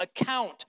account